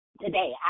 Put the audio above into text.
Today